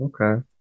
Okay